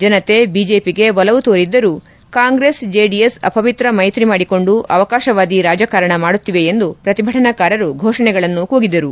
ಜನತೆ ಬಿಜೆಪಿಗೆ ಒಲವು ತೋರಿದ್ದರೂ ಕಾಂಗ್ರೆಸ್ ಜೆಡಿಎಸ್ ಅಪವಿತ್ರ ಮೈತ್ರಿ ಮಾಡಿಕೊಂಡು ಅವಕಾಶವಾದಿ ರಾಜಕಾರಣ ಮಾಡುತ್ತಿವೆ ಎಂದು ಪತಿಭಟನಾಕಾರರು ಘೋಷಣೆಗಳನ್ನು ಕೂಗಿದರು